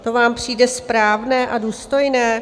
To vám přijde správné a důstojné?